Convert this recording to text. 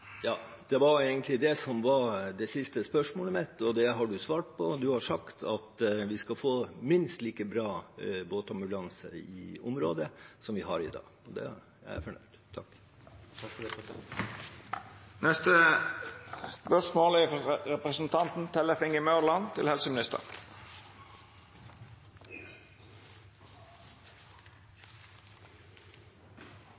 Det var egentlig det som var det siste spørsmålet mitt, og det har statsråden svart på. Han har sagt at vi skal få minst like bra båtambulanse i området som det vi har i dag. Da er jeg fornøyd. Takk. Takk for det. «For femte år på rad kutter regjeringen i støtten til